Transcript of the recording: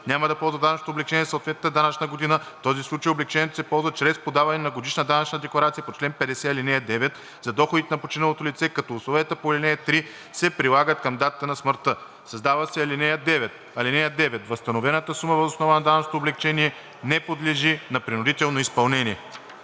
няма да ползва данъчното облекчение за съответната данъчна година; в този случай облекчението се ползва чрез подаване на годишна данъчна декларация по чл. 50, ал. 9 за доходите на починалото лице, като условията по ал. 3 се прилагат към датата на смъртта.“ 2. Създава се ал. 9: „(9) Възстановената сума въз основа на данъчното облекчение не подлежи на принудително изпълнение.“